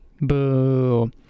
Boo